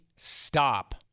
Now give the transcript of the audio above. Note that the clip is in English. Stop